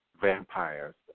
vampires